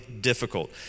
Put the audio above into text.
difficult